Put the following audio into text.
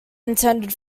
intended